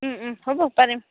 হ'ব পাৰিম